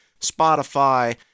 Spotify